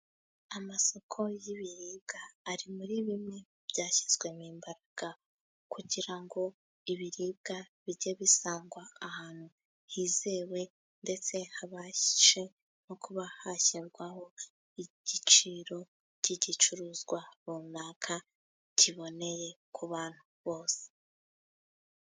Amasoko y'ibiribwa ari muri bimwe byashyizwemo imbaraga, kugira ngo ibiribwa bijye bisangwa ahantu hizewe, ndetse habashe no kuba hashyirwaho igiciro k'igicuruzwa runaka kiboneye ku bantu bose.